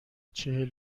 چهل